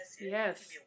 Yes